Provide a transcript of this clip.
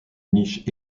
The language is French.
niche